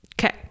Okay